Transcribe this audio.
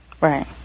Right